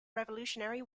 revolutionary